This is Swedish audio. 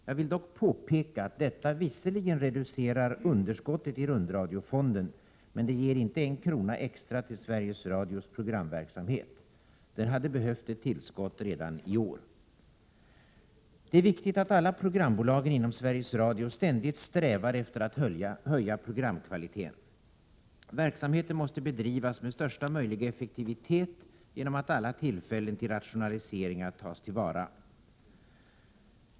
Jag vill dock påpeka att detta — även om det reducerar underskottet i rundradiofonden — inte ger en enda krona extra till Sveriges Radios programverksamhet, och den hade behövt ett tillskott redan i år. Det är viktigt att alla programbolagen inom Sveriges Radio ständigt strävar efter att höja programkvaliteten. Verksamheten måste bedrivas med största möjliga effektivitet och alla tillfällen till rationaliseringar tas till vara.